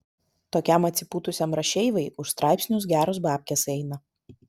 tokiam atsipūtusiam rašeivai už straipsnius geros babkės eina